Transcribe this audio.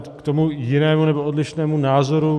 K tomu jinému, nebo odlišnému názoru.